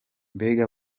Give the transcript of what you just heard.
mbega